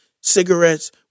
cigarettes